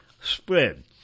spread